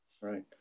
right